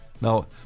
Now